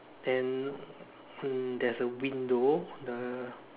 then uh there's a window the